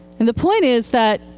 and the point is that,